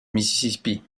mississippi